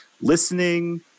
listening